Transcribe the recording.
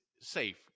safe